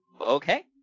okay